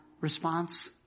response